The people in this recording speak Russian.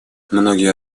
многие